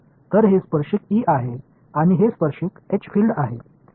तर हे स्पर्शिक ई आहे आणि हे स्पर्शिक H फील्ड आहे